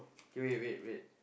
K wait wait wait